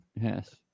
yes